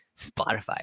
spotify